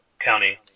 County